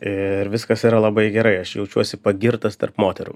ir viskas yra labai gerai aš jaučiuosi pagirtas tarp moterų